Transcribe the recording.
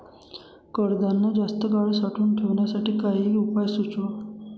कडधान्य जास्त काळ साठवून ठेवण्यासाठी काही उपाय सुचवा?